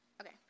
Okay